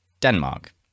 Denmark